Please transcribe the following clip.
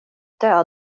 bara